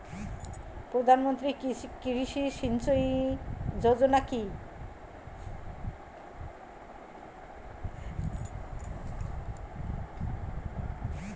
প্রধানমন্ত্রী কৃষি সিঞ্চয়ী যোজনা কি?